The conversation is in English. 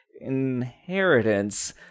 inheritance